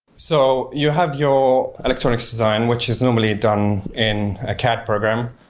so, you have your electronics design, which is normally done in a cad program.